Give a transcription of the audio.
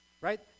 right